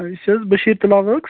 یہِ چھِ حظ بشیٖر تِلا ؤرکٕس